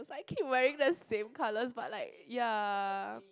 I keep wearing the same color but like ya